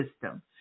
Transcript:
system